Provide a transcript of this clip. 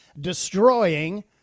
destroying